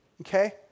Okay